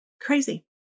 Crazy